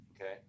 okay